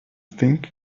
think